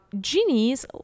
Genies